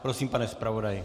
Prosím, pane zpravodaji.